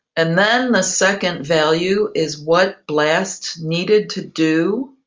and then the second value is what blast needed to do